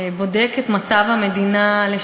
בבקשה לתת למיכל רוזין לדבר.